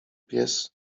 pies